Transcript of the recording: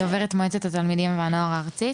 אני דוברת מועצת התלמידים והנוער הארצית.